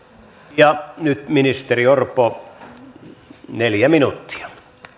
nyt ministeri orpo neljä minuuttia